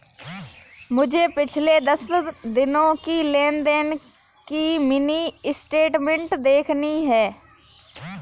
मुझे पिछले दस दिनों की लेन देन की मिनी स्टेटमेंट देखनी है